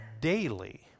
daily